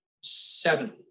seven